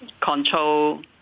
control